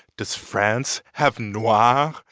does france have noir?